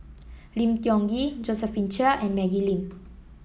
Lim Tiong Ghee Josephine Chia and Maggie Lim